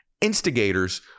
instigators